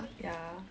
ya